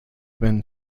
been